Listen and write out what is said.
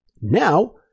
Now